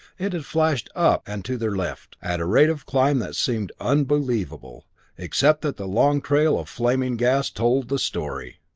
it had flashed up and to their left, at a rate of climb that seemed unbelievable except that the long trail of flaming gas told the story!